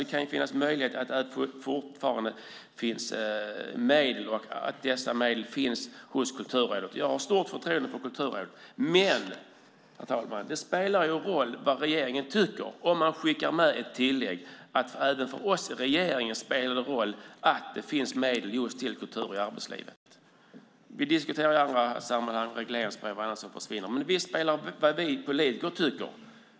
Det kan ju fortfarande finnas möjligheter att få medel som finns hos Kulturrådet. Jag har stort förtroende för Kulturrådet. Men, herr talman, det spelar ju roll vad regeringen tycker om man skickar med tillägget att även för oss i regeringen spelar det roll att det finns medel just till Kultur i arbetslivet. Vi diskuterar i andra sammanhang regleringsbrev och annat som spelar roll, men visst spelar det roll också vad vi politiker tycker.